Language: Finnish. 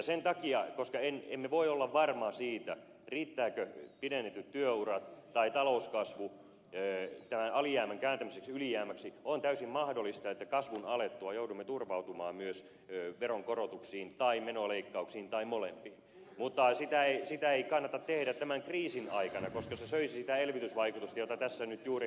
sen takia koska emme voi olla varmoja siitä riittävätkö pidennetyt työurat tai talouskasvu tämän alijäämän kääntämiseen ylijäämäksi on täysin mahdollista että kasvun alettua joudumme turvautumaan myös veronkorotuksiin tai menoleikkauksiin tai molempiin mutta sitä ei kannata tehdä tämän kriisin aikana koska se söisi sitä elvytysvaikutusta jota tässä nyt juuri haetaan